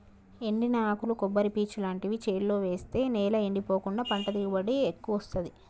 ఎండిన ఆకులు కొబ్బరి పీచు లాంటివి చేలో వేస్తె నేల ఎండిపోకుండా పంట దిగుబడి ఎక్కువొత్తదీ